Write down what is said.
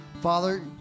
Father